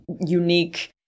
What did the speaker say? unique